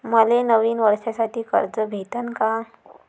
मले नवीन वर्षासाठी कर्ज भेटन का?